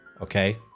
okay